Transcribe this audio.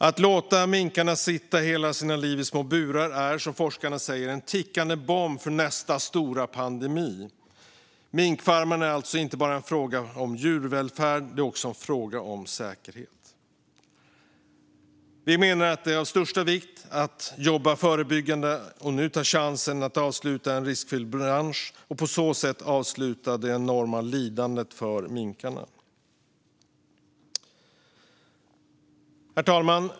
Att låta minkarna sitta hela sina liv i små burar är, som forskarna säger, en tickande bomb för nästa stora pandemi. Minkfarmerna är alltså inte bara en fråga om djurvälfärd utan också en fråga om säkerhet. Vi menar att det är av största vikt att jobba förebyggande och nu ta chansen att avsluta en riskfylld bransch och på så sätt avsluta det enorma lidandet för minkarna. Herr talman!